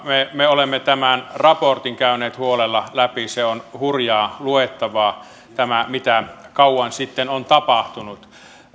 me olemme tämän raportin käyneet huolella läpi ja se on hurjaa luettavaa tämä mitä kauan sitten on tapahtunut